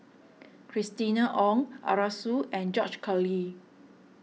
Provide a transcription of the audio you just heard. Christina Ong Arasu and George Collyer